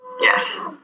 Yes